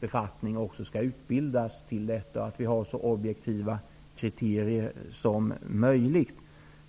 befattning också skall utbildas för denna och att vi har så objektiva kriterier som möjligt.